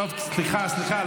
סליחה, סליחה.